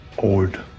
Old